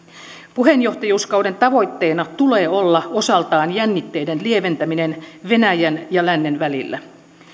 puheenjohtajuuskauden tavoitteena tulee olla osaltaan jännitteiden lieventäminen venäjän ja lännen välillä